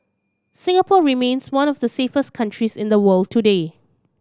Singapore remains one of the safest countries in the world today